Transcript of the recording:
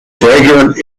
fragrance